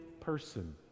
person